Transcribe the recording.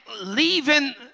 leaving